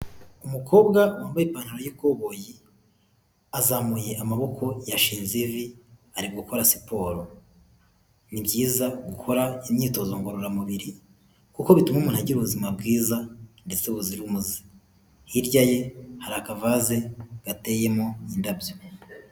Umukobwa wambaye ipantaro y'ikoboyi, azamuye amaboko, yashinze ivi ari gukora siporo. Ni byiza gukora imyitozo ngororamubiri, kuko bituma agira ubuzima bwiza ndetse buzira umuze, hirya ye hari akavaze gateyemo indabyo.